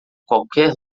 qualquer